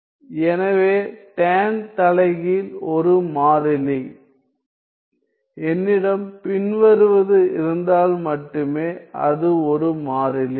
மாறிலி எனவே tan தலைகீழ் ஒரு மாறிலி என்னிடம் பின்வருவது இருந்தால் மட்டுமே அது ஒரு மாறிலி